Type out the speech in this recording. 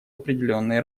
определенные